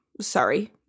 sorry